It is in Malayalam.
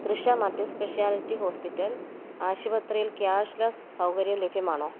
തൃഷ മൾട്ടിസ്പെഷ്യാലിറ്റി ഹോസ്പിറ്റൽ ആശുപത്രിയിൽ ക്യാഷ്ലെസ് സൗകര്യം ലഭ്യമാണോ